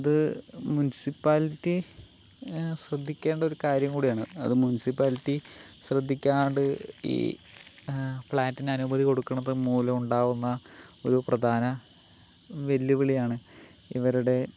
അത് മുൻസിപ്പാലിറ്റി ശ്രദ്ധിക്കേണ്ട ഒരു കാര്യം കൂടിയാണ് അത് മുൻസിപ്പാലിറ്റി ശ്രദ്ധിക്കാണ്ട് ഈ ഫ്ലാറ്റിന് അനുമതി കൊടുക്കണത് മൂലമുണ്ടാകുന്ന ഒരു പ്രധാന വെല്ലുവിളിയാണ് ഇവരുടെ